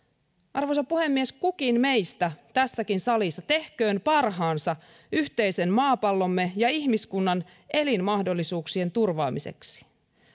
arvoisa puhemies kukin meistä tässäkin salissa tehköön parhaansa yhteisen maapallomme ja ihmiskunnan elinmahdollisuuksien turvaamiseksi